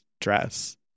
dress